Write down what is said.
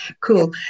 cool